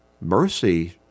Mercy